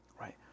right